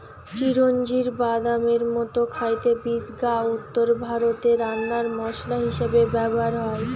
চিরোঞ্জির বাদামের মতো খাইতে বীজ গা উত্তরভারতে রান্নার মসলা হিসাবে ব্যভার হয়